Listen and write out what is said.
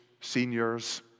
seniors